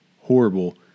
horrible